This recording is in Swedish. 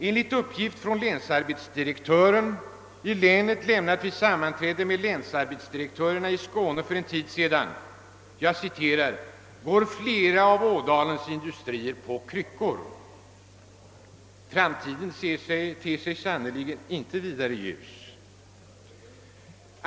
Enligt uppgift från länsarbetsdirektören i länet, lämnad vid sammanträde i Skåne med länsarbetsdirektörerna för en tid sedan »går flera av Ådalens industrier på kryckor». Framtiden ter sig sannerligen inte vidare ljus.